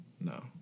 No